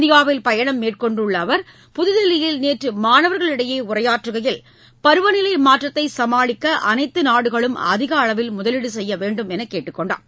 இந்தியாவில் பயணம் மேற்கொண்டுள்ள அவர் புதுதில்லியில் நேற்று மாணவர்களிடையே உரையாற்றுகையில் பருவநிலை மாற்றத்தை சமாளிக்க அனைத்து நாடுகளும் அதிக அளவில் முதலீடு செய்ய வேண்டுமென்று கேட்டுக் கொண்டார்